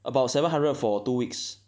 about seven hundred for two weeks